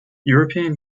european